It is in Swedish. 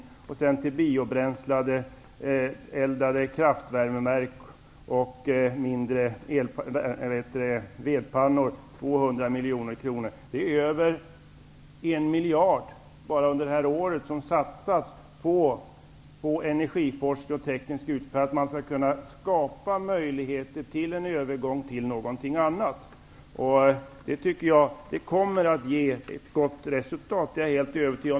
200 miljoner kronor anslås till biobränsleeldade kraftvärmeverk och vedpannor. Bara under det här året satsas över 1 miljard kronor på energiforskning och teknisk utveckling för att man skall kunna skapa möjligheter till en övergång. Jag är helt övertygad om att det kommer att ge ett gott resultat.